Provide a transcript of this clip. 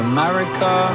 America